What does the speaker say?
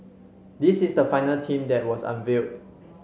this is the final team that was unveiled